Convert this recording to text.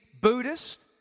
Buddhist